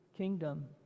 kingdom